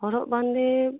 ᱦᱚᱨᱚᱜ ᱵᱟᱸᱫᱮ